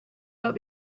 but